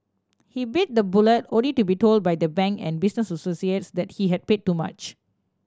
he bit the bullet only to be told by the bank and business associates that he had paid too much